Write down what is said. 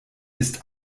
ist